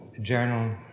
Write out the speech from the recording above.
Journal